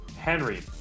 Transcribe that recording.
Henry